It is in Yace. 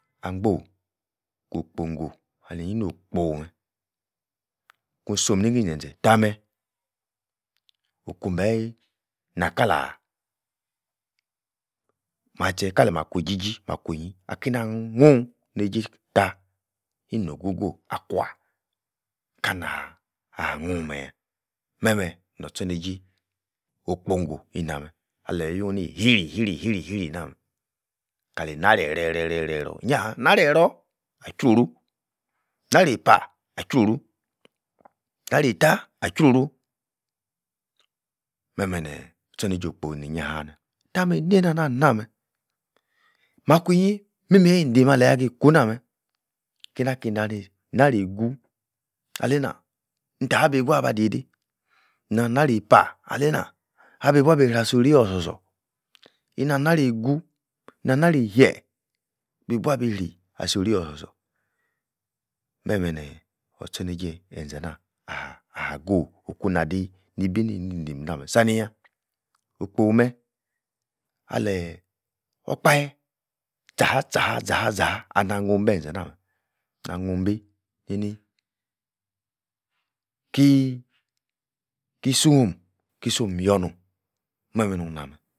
Angbo'h go okpongo aleni-yi no'h okpo-meh kun so'm ni-ingi zen-zen tah-meh okun-beh nah-kala mah-tche kali-makueiji-ji makwuiyi ah-keina nuhn neijei tah, inigo-go akwah kanah-ah-nuhn meh-yah meh-meh nor-tchorneijei okpongo ina-meh aleyi-yun ni-e-hiri-hiri-hiri-hrir nah-meh kali nara ereh-reh-reh reh-ror nya-ha, nara-eror ah-juruo-oru nara-eipa ah-jruo-oru nara-eitta ah-jruo-oru meh-meh neeh or-tchorneijei okpo ini-nyaba meh tah meh-eineina nah ali-nah-meh, makwinyi mimei indim alah-gi kuna-meh keina-ki nani nara-eigu aleina, nittah bi-bua abah-diei-dei, nan-nara eipa, aleina, nabibua abi-sri ah-sori-osor-sor, ina-ni-nara egu, nan-nara-e-hie, nibuabi sri ah-sori osor-sor meh-meh neeeh or-tchor neije enza-nah ah-ah-go okun-nah-dii nibi nimdim nah-meh, sa-ni-yah, okpo-meh aleh okpahe, zaha-zaha-zaha-zaha ah-nah nuhn ibenze nah-meh nah-nuhn bi-nini kiii ki-su-om, kisom-yor-norn meh-meh nun-nah-meh